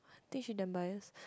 think she damn bias